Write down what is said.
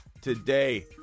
today